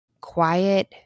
Quiet